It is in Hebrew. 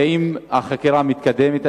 האם החקירה מתקדמת,